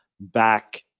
back